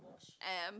am